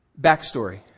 Backstory